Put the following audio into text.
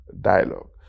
dialogue